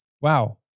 Wow